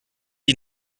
die